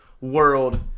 world